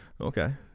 Okay